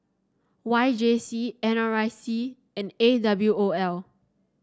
Y J C N R I C and A W O L